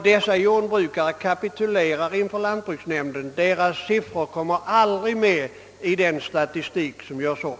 Dessa jordbrukare kapitulerar ofta inför lantbruksnämndens argument, och deras ansökan kommer därför inte med i den statistik som utarbetas.